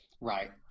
Right